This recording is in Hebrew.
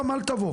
היום אל תבוא.